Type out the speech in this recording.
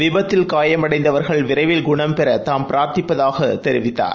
விபத்தில் காயமடைந்தவர்கள் விரைவில் குணம் பெறதாம் பிரார்த்திப்பதாகதெரிவித்தார்